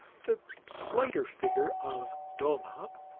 the slighter figure of dulnop,